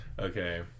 Okay